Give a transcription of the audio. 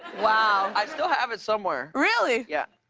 wow. i still have it somewhere. really? yeah.